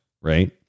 right